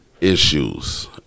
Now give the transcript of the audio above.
issues